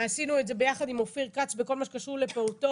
עשינו את זה יחד עם אופיר כץ בכל מה שקשור לפעוטות.